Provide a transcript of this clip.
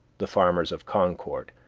the farmers of concord,